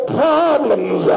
problems